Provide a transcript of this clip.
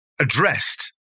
addressed